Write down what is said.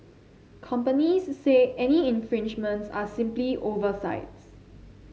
companies say any infringements are simply oversights